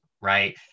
right